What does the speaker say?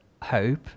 hope